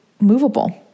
movable